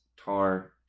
Tar